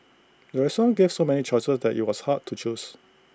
the restaurant gave so many choices that IT was hard to choose